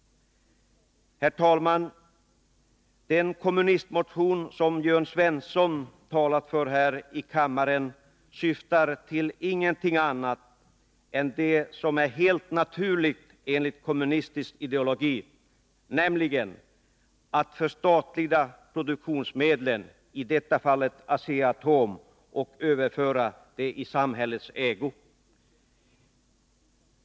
Herr talman! Den kommunistmotion som Jörn Svensson har talat för här i kammaren syftar till inget annat än det som är helt naturligt enligt kommunistisk ideologi, nämligen att förstatliga produktionsmedlen, i detta fall Asea-Atom, och överföra dem i samhällets ägo.